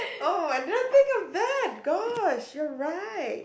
oh I didn't think of that gosh you're right